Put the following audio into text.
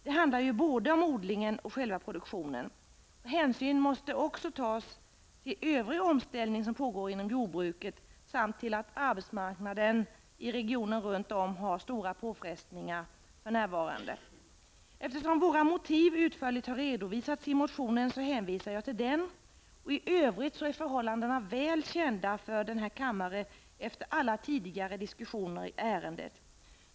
Det handlar ju om både odlingen och själva produktionen. Hänsyn måste också tas till övrig omställning som pågår inom jordbruket samt till att arbetsmarknaden i regionen runt om har stora påfrestningar för närvarande. Eftersom våra motiv utförligt har redovisats i motionen hänvisar jag till denna. I övrigt är förhållandena väl kända för kammaren efter alla tidigare diskussioner i ärendet.